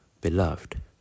beloved